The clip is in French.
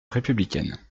républicaine